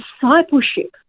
discipleship